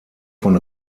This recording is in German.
von